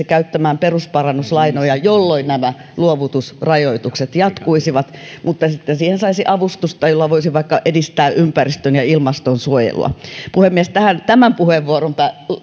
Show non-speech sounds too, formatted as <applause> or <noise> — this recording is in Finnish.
<unintelligible> käyttämään perusparannuslainoja jolloin luovutusrajoitukset jatkuisivat mutta sitten siihen saisi avustusta jolla voisi vaikka edistää ympäristön ja ilmastonsuojelua puhemies tähän tämän puheenvuoron